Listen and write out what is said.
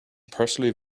personally